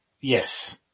yes